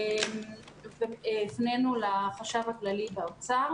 הפנינו לחשב הכללי באוצר.